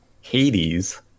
Hades